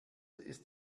ist